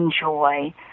enjoy